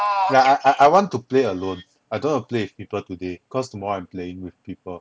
like I I I want to play alone I don't want to play with people today cause tomorrow I'm playing with people